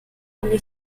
come